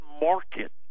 market